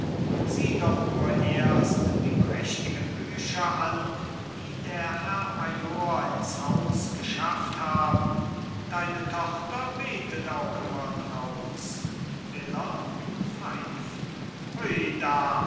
sieh doch nur erst die prächtigen bücher an die der herr major ins haus geschafft haben deine tochter betet auch immer draus miller pfeift hui